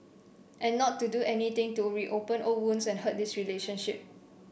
and not to do anything to reopen old wounds and hurt this relationship